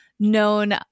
known